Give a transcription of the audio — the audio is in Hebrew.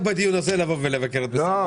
בדיון הזה לבוא ולבקר את משרד האוצר.